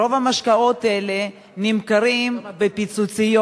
רוב המשקאות האלה נמכרים ב"פיצוציות"